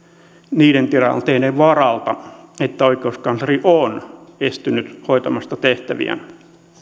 niiden tilanteiden varalta että oikeuskansleri on estynyt hoitamasta tehtäviään